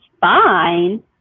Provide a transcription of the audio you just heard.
fine